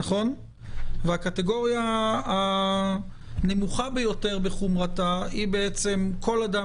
הקטגוריה הנמוכה ביותר בחומרתה היא כל אדם